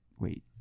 Wait